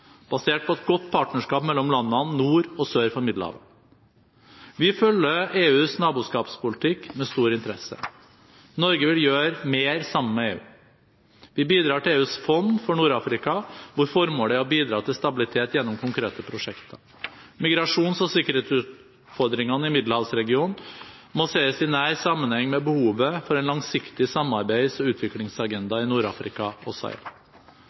basert på et godt partnerskap mellom landene nord og sør for Middelhavet. Vi følger EUs naboskapspolitikk med stor interesse. Norge vil gjøre mer sammen med EU. Vi bidrar til EUs fond for Nord-Afrika, hvor formålet er å bidra til stabilitet gjennom konkrete prosjekter. Migrasjons- og sikkerhetsutfordringene i middelhavsregionen må ses i nær sammenheng med behovet for en langsiktig samarbeids- og utviklingsagenda i Nord-Afrika og Sahel.